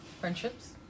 Friendships